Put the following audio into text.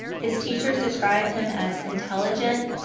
his teachers describe him as intelligent,